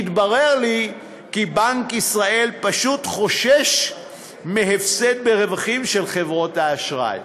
התברר לי כי בנק ישראל פשוט חושש מהפסד ברווחים של חברות האשראי.